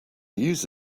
use